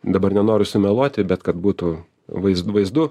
dabar nenoriu sumeluoti bet kad būtų vaizdu vaizdu